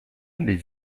les